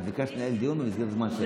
את ביקשת לנהל דיון במסגרת הזמן שלך.